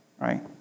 Right